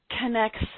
connects